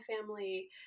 family